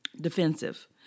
defensive